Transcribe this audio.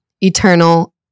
Eternal